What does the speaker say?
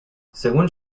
según